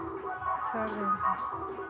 छोड़ि दै रहै